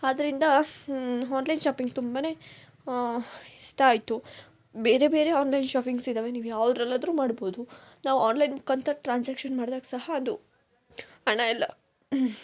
ಆದ್ರಿಂದ online shopping ತುಂಬನೆ ಇಷ್ಟ ಆಯ್ತು ಬೇರೆ ಬೇರೆ ಆನ್ಲೈನ್ ಶಾಪಿಂಗ್ ಇದಾವೆ ನೀವು ಯಾವುದರಲ್ಲಾದ್ರು ಮಾಡ್ಬೋದು ನಾವು ಆನ್ಲೈನ್ ಮುಖಾಂತರ ಟ್ರಾನ್ಸಾಕ್ಷನ್ ಮಾಡ್ದಾಗ ಸಹ ಅದು ಹಣ ಎಲ್ಲ